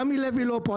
רמי לוי לא פה.